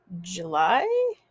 July